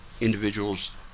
individuals